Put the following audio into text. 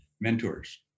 mentors